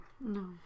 no